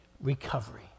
recovery